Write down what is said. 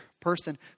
person